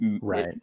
right